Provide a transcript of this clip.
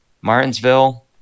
Martinsville